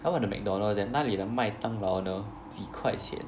how about the McDonald's there 那里的麦当劳呢几块钱